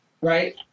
right